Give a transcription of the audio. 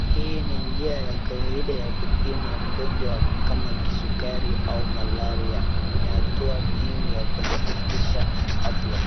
Hii ni njia ya kawaida ya kupima mgonjwa kama kisukari au Malaria ni hatua muhimu ya kuhakikisha afya.